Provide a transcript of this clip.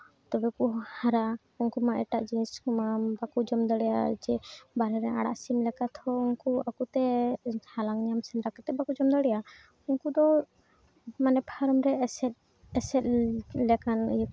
ᱛᱚᱵᱮ ᱠᱩ ᱦᱟᱨᱟᱜᱼᱟ ᱩᱱᱠᱩ ᱢᱟ ᱮᱴᱟᱜ ᱡᱤᱱᱤᱥ ᱠᱚᱢᱟ ᱵᱟᱠᱚ ᱡᱚᱢ ᱫᱟᱲᱮᱭᱟᱜᱼᱟ ᱡᱮ ᱵᱟᱨᱦᱮ ᱨᱮᱱ ᱟᱲᱟᱜ ᱥᱤᱢ ᱞᱮᱠᱟ ᱛᱷᱚ ᱩᱱᱠᱩ ᱟᱠᱚᱛᱮ ᱦᱟᱞᱟᱝ ᱧᱟᱢ ᱥᱮᱸᱫᱽᱨᱟ ᱠᱟᱛᱮ ᱵᱟᱠᱚ ᱡᱚᱢ ᱫᱟᱲᱮᱭᱟᱜᱼᱟ ᱩᱱᱠᱩ ᱫᱚ ᱢᱟᱱᱮ ᱯᱷᱟᱨᱢ ᱨᱮ ᱮᱥᱮᱫ ᱮᱥᱮᱫ ᱞᱮᱠᱟᱱ